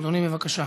אדוני, בבקשה.